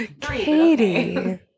katie